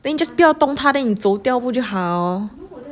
then just 不要动它 then you 走掉不就好